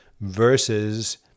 versus